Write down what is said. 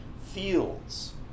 Fields